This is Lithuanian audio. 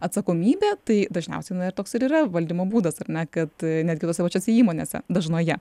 atsakomybė tai dažniausiai na ir toks ir yra valdymo būdas ar ne kad netgi tose pačiose įmonėse dažnoje